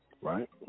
right